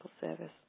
service